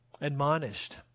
admonished